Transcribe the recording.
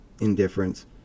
indifference